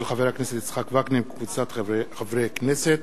של חבר הכנסת יצחק וקנין וקבוצת חברי הכנסת.